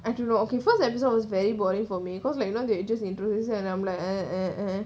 I don't know okay first episode was very boring for me cause like you know they just introduce and I'm like eh eh eh